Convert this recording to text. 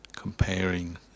comparing